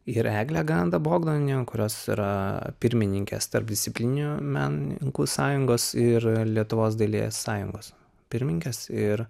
ir egle ganda bogdaniene kurios yra pirmininkės tarpdisciplininių menininkų sąjungos ir lietuvos dailės sąjungos pirmininkės ir